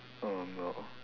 oh no